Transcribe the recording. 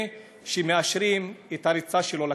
לפני שמאשרים את הריצה שלו לכנסת.